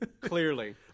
Clearly